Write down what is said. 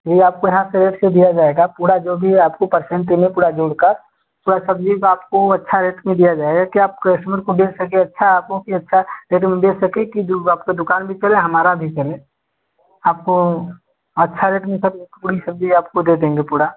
ये आपको यहाँ सजेस्ट दिया जाएगा पूरा जो भी है आपको परसेंटे में पूरा जो उनका पूरा सब्जी आपको अच्छा रेट में दिया जाएगा कि आप कस्टमर को दे सके अच्छा है आपको अच्छा दे सकें कि जो आपका दूकान भी चले हमारा भी चले आपको अच्छा रेट में सब कोई सब्जी आपको दे देंगे पूरा